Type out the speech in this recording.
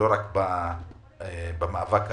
רק במאבק האחרון,